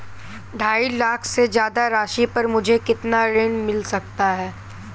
ढाई लाख से ज्यादा राशि पर मुझे कितना ऋण मिल सकता है?